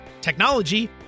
technology